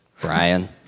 Brian